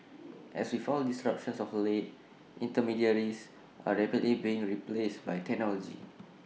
as with all disruptions of late intermediaries are rapidly being replaced by technology